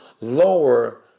lower